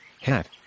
hat